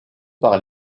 par